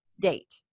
date